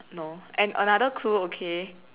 no and another clue okay